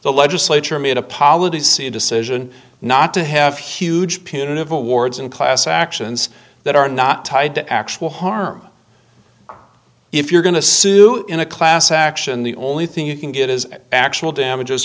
the legislature made apologies see a decision not to have huge punitive awards and class actions that are not tied to actual harm if you're going to sue in a class action the only thing you can get is an actual damages